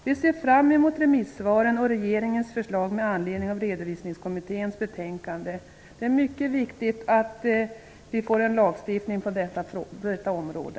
Vi ser fram emot remissvaren och regeringens förslag med anledning av Redovisningskommitténs betänkande. Det är mycket viktigt att vi får en lagstiftning på detta område.